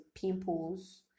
pimples